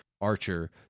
archer